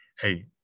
Hey